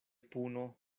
puno